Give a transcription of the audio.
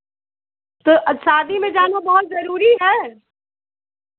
तो शादी में जाना बहुत ज़रूरी है